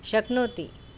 शक्नोति